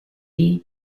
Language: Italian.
lee